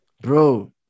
Bro